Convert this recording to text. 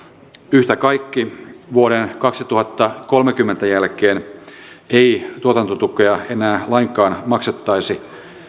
yhtä kaikki vuoden kaksituhattakolmekymmentä jälkeen ei tuotantotukea enää lainkaan maksettaisi